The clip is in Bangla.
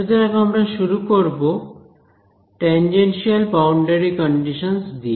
সুতরাং আমরা শুরু করব টেনজেনশিয়াল বাউন্ডারি কন্ডিশনস দিয়ে